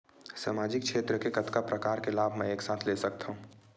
सामाजिक क्षेत्र के कतका प्रकार के लाभ मै एक साथ ले सकथव?